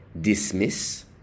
dismiss